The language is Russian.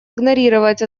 игнорировать